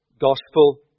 gospel